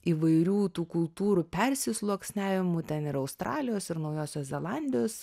įvairių tų kultūrų persisluoksniavimų ten ir australijos ir naujosios zelandijos